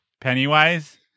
Pennywise